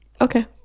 Okay